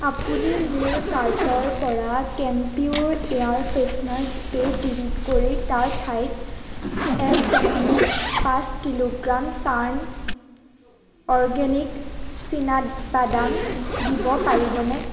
আপুনি মোৰ কাৰ্টৰ পৰা কেম্পিউৰ এয়াৰ ফ্ৰেছনাৰ স্প্ৰে ডিলিট কৰি তাৰ ঠাইত এক দশমিক পাঁচ কিলোগ্ৰাম টাৰ্ণ অৰ্গেনিক চীনাবাদাম দিব পাৰিবনে